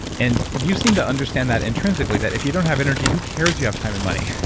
and you seem to understand that intrinsically that if you don't have energy, who cares you have time and money?